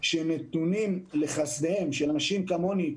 שנתונים לחסדיהם של אנשים כמוני,